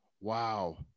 Wow